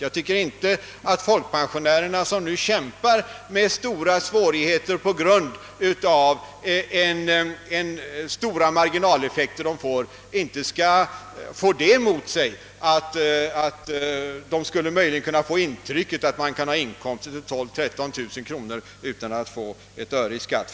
Jag tycker inte att folkpensionärerna, som nu kämpar med svårigheter på grund av stora marginaleffekter, bör få det intrycket, att man kan ha inkomster på 12 000—13 000 kronor utan att behöva betala ett enda öre i skatt.